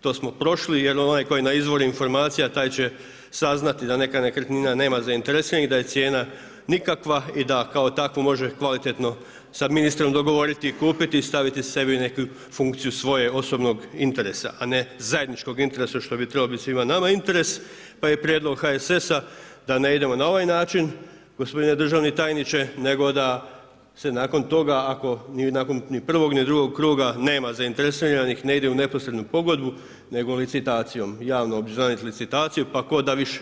to smo prošli jer onaj tko je na izvoru informacija taj će saznati da neka neka nekretnina nema zainteresiranih i da je cijena nikakva i da kao takvu može kvalitetno sa ministrom dogovoriti i kupiti i staviti sebi neku funkciju svojeg osobnog interesa a ne zajedničkog interesa što bi trebao svima nama interes, pa je prijedlog HSS-a da ne idemo na ovaj način gospodine državni tajniče, nego da se nakon toga ako ni prvog ni drugog kruga nema zainteresiranih ne ide u neposrednu pogodbu nego licitacijom, javno obznaniti licitaciju pa tko da više.